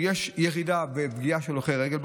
יש ירידה בפגיעה בהולכי רגל,